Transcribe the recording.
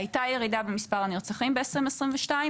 הייתה ירידה במספר הנרצחים ב-2022,